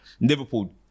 Liverpool